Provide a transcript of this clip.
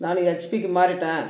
நான் ஹெச்பிக்கு மாறிவிட்டேன்